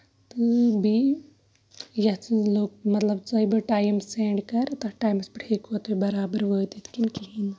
تہٕ بیٚیہِ یَتھ سۭتۍ لوٚگ مطلب ٹایم سینڈ کَرنَس ٹایمَس پٮ۪ٹھ ہٮ۪کو تُہۍ برابر وٲتِتھ کِنہٕ کِہیںۍ نہٕ